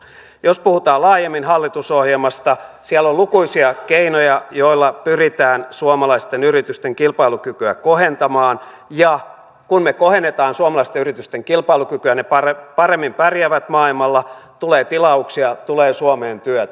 jos puhutaan laajemmin hallitusohjelmasta siellä on lukuisia keinoja joilla pyritään suomalaisten yritysten kilpailukykyä kohentamaan ja kun me kohennamme suomalaisten yritysten kilpailukykyä ne paremmin pärjäävät maailmalla tulee tilauksia tulee suomeen työtä